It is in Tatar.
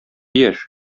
яшь